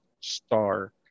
Star